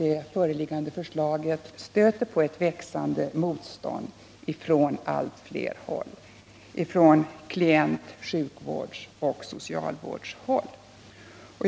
Det föreliggande förslaget stöter också på ett växande motstånd på allt fler håll: på klient-, sjukvårdsoch socialvårdshåll.